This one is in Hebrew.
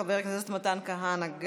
חבר הכנסת מתן כהנא,